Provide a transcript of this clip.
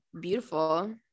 beautiful